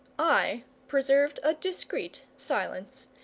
i preserved a discreet silence.